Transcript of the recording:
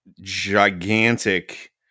gigantic